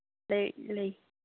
ꯂꯩ ꯂꯩ